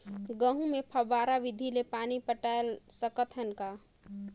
गहूं मे फव्वारा विधि ले पानी पलोय सकत हन का?